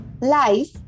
Life